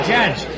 Judge